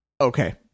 Okay